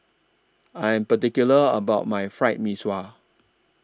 I Am particular about My Fried Mee Sua